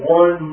one